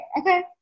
okay